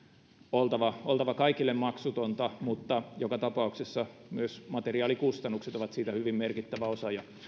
oltava oltava kaikille maksutonta mutta joka tapauksessa myös materiaalikustannukset ovat siitä hyvin merkittävä osa ja